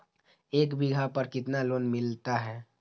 एक बीघा पर कितना लोन मिलता है?